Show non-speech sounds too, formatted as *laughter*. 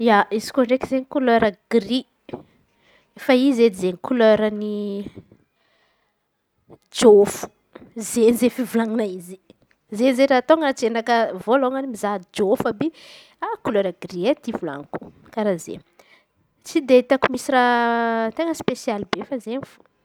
Ia, izy koa ndraiky edy e kolera gri. Fa izy edy izen̈y *hesitation* koleran'ny jôfo izen̈y zey fivolan̈anay izy io. Zen̈y zey raha tonga an-tsainakà voaloha hoa zaho jofo àby ty e kolera jôfo izy volan̈̈iko tsy dia itako loatry raha ten̈a spesialy be fa zay fô.